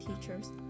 teachers